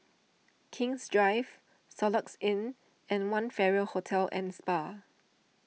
King's Drive Soluxe Inn and one Farrer Hotel and Spa